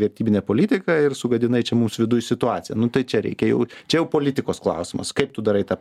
vertybinę politiką ir sugadinai čia mūsų viduj situaciją nu tai čia reikia jau čia jau politikos klausimas kaip tu darai tą